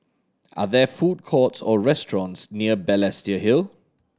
are there food courts or restaurants near Balestier Hill